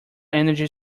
energy